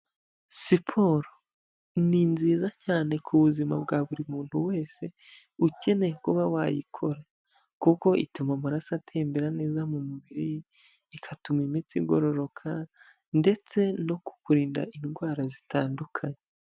Siporo ni nziza cyane ku buzima bwa buri muntu wese ukeneye kuba wayikora, kuko ituma amaraso atembera neza mu mubiri, bigatuma imitsi igororoka ndetse no ku kurinda indwara zitandukanye.